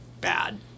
bad